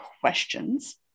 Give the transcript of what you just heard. questions